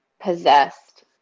possessed